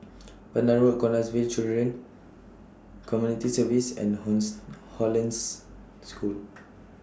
Pandan Road Canossaville Children Community Services and horns Hollandse School